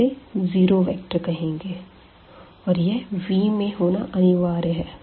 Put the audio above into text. इसे zero vector कहेंगे और यह V में होना अनिवार्य है